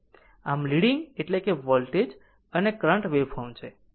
આમ લીડીંગ એટલે કે વોલ્ટેજ અને કરંટ વેવફોર્મ છે